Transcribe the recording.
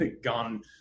gone